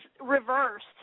reversed